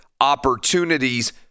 opportunities